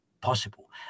possible